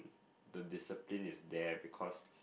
the discipline is there because